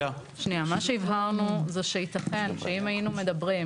הבהרנו זה שייתכן שאם היינו מדברים,